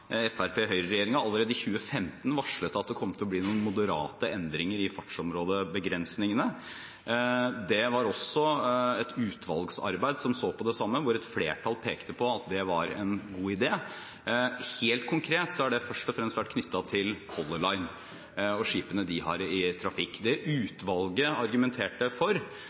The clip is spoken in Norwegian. allerede i 2015, varslet at det kom til å bli noen moderate endringer i fartsområdebegrensningene. Et utvalgsarbeid så på det samme, og et flertall i utvalget pekte på at det var en god idé. Helt konkret har det først og fremst vært knyttet til Color Line og skipene de har i trafikk. Det utvalget argumenterte for,